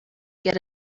get